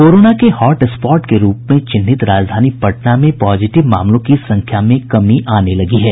corona के hot spot के रूप में चिन्हित राजधानी पटना में पॉजिटिव मामलों की संख्या में कमी आने लगी है